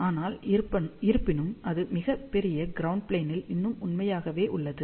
ஆனால் இருப்பினும் அது மிகப் பெரிய க்ரௌண்ட் ப்ளேனில் இன்னும் உண்மையாகவே உள்ளது